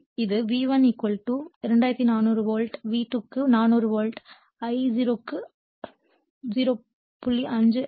எனவே இது V1 2400 volt V2 க்கு 400 வோல்ட் I0 க்கு 0